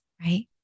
Right